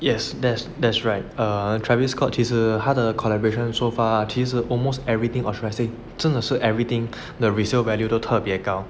yes that's that's right err travis scott 其实他的 collaboration so far 其实 almost everything or should I say 真的是 everything the resale value 都特别高